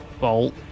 Bolt